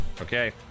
okay